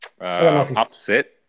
Upset